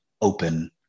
open